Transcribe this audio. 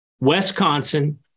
Wisconsin